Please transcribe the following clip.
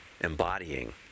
embodying